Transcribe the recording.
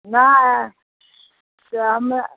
नहि से हमरा